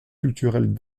culturels